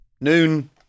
noon